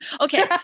Okay